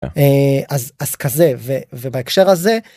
אז כזה, ובהקשר הזה.